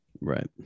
Right